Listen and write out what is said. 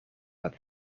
het